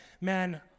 man